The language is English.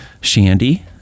Shandy